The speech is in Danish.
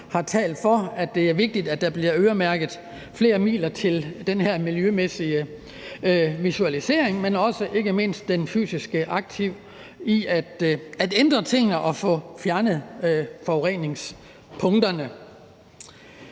har talt for, at det er vigtigt, at der bliver øremærket flere midler til den her miljømæssige visualisering, men også og ikke mindst den fysiske, aktive indsats, der ligger i at ændre tingene og få fjernet forureningspunkterne.